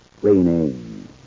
cleaning